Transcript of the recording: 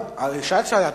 לא, שאלת שאלה נוספת.